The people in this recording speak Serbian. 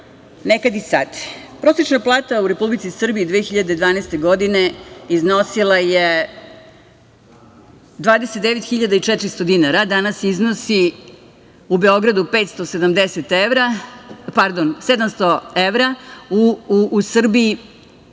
nekad i sad. Prosečna plata u Republici Srbiji 2012. godine iznosila je 29.400 dinara, a danas iznosi u Beogradu 700 evra, u Srbiji